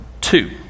two